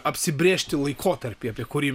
apsibrėžti laikotarpį apie kurį